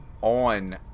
on